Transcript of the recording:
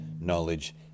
knowledge